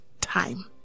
time